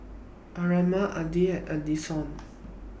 Armando Adell and Addison